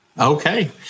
okay